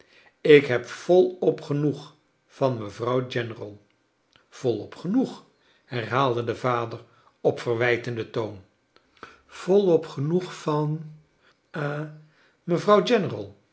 ik heb volop genoeg van mevrouw general volop genoeg herhaalde de vader op verwijtenden toon volop genoeg van ha mevrouw